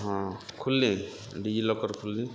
ହଁ ଖୁଲ୍ଲି ଡିଜିଲକର୍ ଖୁଲ୍ଲି